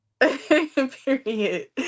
period